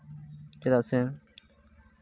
ᱪᱮᱫᱟᱜ ᱥᱮ